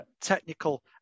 technical